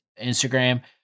Instagram